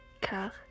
car